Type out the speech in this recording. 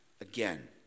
again